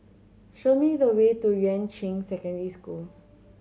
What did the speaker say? show me the way to Yuan Ching Secondary School